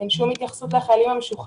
אין שום התייחסות לחיילים המשוחררים.